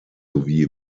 sowie